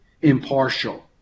impartial